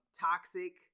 toxic